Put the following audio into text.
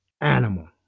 animal